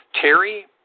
Terry